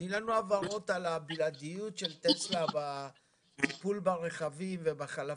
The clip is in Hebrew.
תני לנו הבהרות על הבלעדיות של טסלה בטיפול ברכבים ובחלפים.